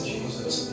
Jesus